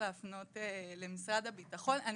להפנות למשרד הביטחון.